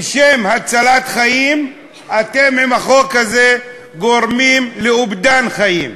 בשם הצלת חיים אתם עם החוק הזה גורמים לאובדן חיים.